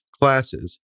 classes